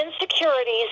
insecurities